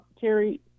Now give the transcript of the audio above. Terry